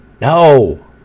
no